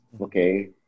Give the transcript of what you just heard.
okay